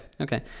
okay